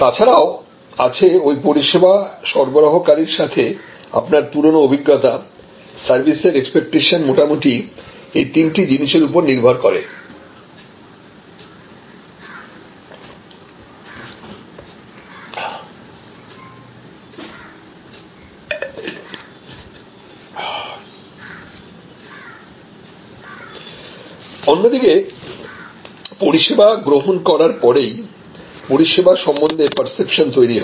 তাছাড়া আছে ওই পরিষেবা সরবরাহকারীর সাথে আপনার পুরনো অভিজ্ঞতা সার্ভিসের এক্সপেক্টেশন মোটামুটি এই তিনটি জিনিসের উপর নির্ভর করে অন্যদিকে পরিসেবা গ্রহণ করার পরেই পরিষেবা সম্বন্ধে পার্সেপশন তৈরি হয়